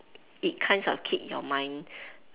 it kinds of keep your mind